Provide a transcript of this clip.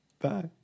Bye